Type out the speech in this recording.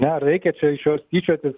na ar reikia čia iš jos tyčiotis